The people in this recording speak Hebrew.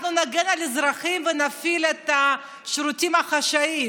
אנחנו נגן על אזרחים ונפעיל את השירותים החשאיים.